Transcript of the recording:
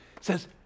says